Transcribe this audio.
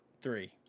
three